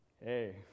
hey